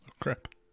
Crap